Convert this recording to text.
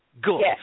Good